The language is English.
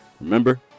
Remember